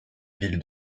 ville